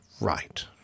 right